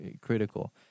critical